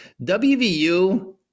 WVU